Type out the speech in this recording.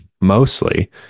mostly